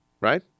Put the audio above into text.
right